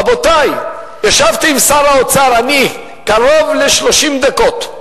רבותי, ישבתי עם שר האוצר, אני, קרוב ל-30 דקות,